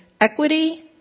equity